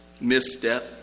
misstep